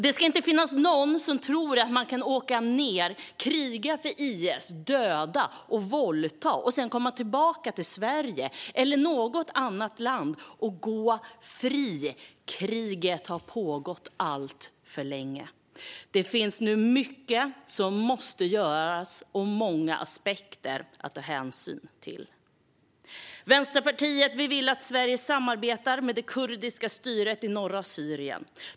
Det ska inte finnas någon som tror att man kan åka ned och kriga för IS, döda och våldta och sedan komma tillbaka till Sverige eller något annat land och gå fri. Kriget har pågått alltför länge. Det finns nu mycket som måste göras och många aspekter att ta hänsyn till. Vänsterpartiet vill att Sverige samarbetar med det kurdiska styret i norra Syrien.